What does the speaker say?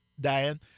Diane